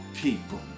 people